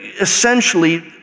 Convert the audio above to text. essentially